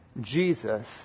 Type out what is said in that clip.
Jesus